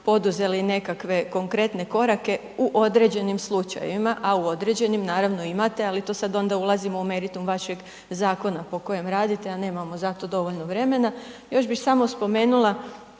poduzeli nekakve konkretne korake, u određenim slučajeva, a u određenim naravno imate, a to sada onda ulazimo u meritum vašeg zakona po kojem radite, a nemamo za to dovoljno vremena. Još bih samo spomenula,